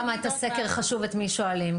למה חשוב את מי שואלים בסקר?